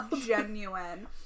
genuine